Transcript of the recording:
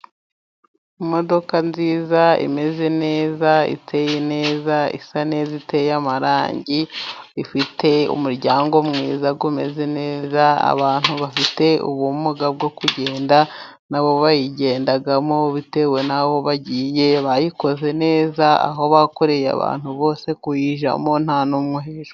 Imodoka nziza, imeze neza, iteye neza, isa neza, iteye amarangi, ifite umuryango mwiza umeze neza , abantu bafite ubumuga bwo kugenda nabo bayigendamo bitewe n'aho bagiye. Bayikoze neza aho bakoreye abantu bose kuyijyamo nta n'umwe uhejwe.